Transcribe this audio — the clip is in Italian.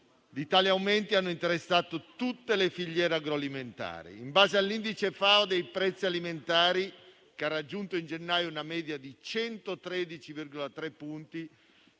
di tali aumenti hanno interessato tutte le filiere agroalimentari. In base all'indice FAO dei prezzi alimentari, che a gennaio ha raggiunto una media di 113,3 punti,